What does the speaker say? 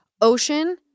Ocean